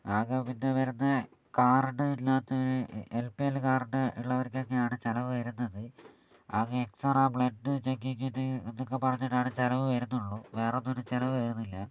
ആകെ പിന്നെ വരുന്നത് കാർഡ് ഇല്ലാത്തവർ എൽ പി എൽ കാർഡ് ഉള്ളവർക്കൊക്കെയാണ് ചിലവ് വരുന്നത് അത് എക്സ്റേ ബ്ലഡ് ചെക്കിംഗിന് എന്നൊക്കെ പറഞ്ഞിട്ടാണ് ചിലവ് വരുന്നുള്ളൂ വേറെയൊന്നും ഒരു ചിലവ് വരുന്നില്ല